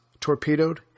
torpedoed